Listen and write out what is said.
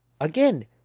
Again